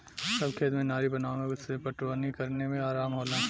सब खेत में नारी बनावे से पटवनी करे में आराम होला